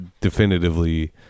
definitively